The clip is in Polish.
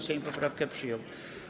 Sejm poprawkę przyjął.